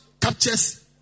captures